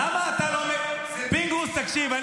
למה אתה, פינדרוס, תקשיב.